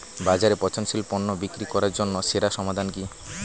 বাজারে পচনশীল পণ্য বিক্রি করার জন্য সেরা সমাধান কি?